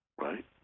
right